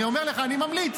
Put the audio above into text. אני אומר לך, אני ממליץ.